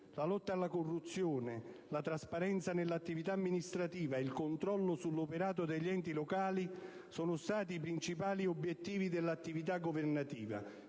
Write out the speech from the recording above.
La lotta alla corruzione, la trasparenza nell'attività amministrativa e il controllo sull'operato degli enti locali sono stati i principali obiettivi dell'attività governativa